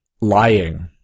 lying